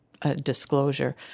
Disclosure